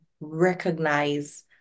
recognize